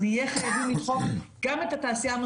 אנחנו נהיה חייבים לדחוף גם את התעשייה